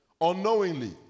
unknowingly